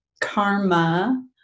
karma